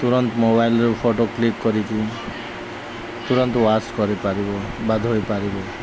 ତୁରନ୍ତ ମୋବାଇଲରୁ photo click କରିକି ତୁରନ୍ତ ୱାଶ୍ କରିପାରିବ ବା ଧୋଇପାରିବ